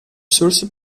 source